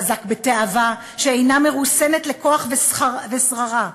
חזק בתאווה שאינה מרוסנת לכוח ושררה,